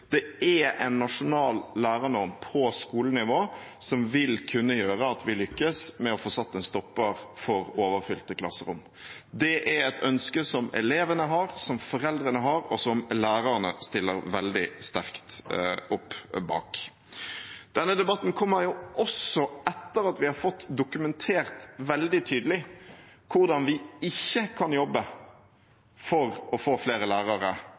Det er en nasjonal lærernorm på skolenivå som vil kunne gjøre at vi lykkes med å få satt en stopper for overfylte klasserom. Det er et ønske som elevene har, som foreldrene har, og som lærerne stiller seg veldig sterkt bak. Denne debatten kommer jo også etter at vi har fått dokumentert veldig tydelig hvordan vi ikke kan jobbe for å få flere lærere